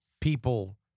people